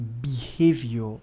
behavior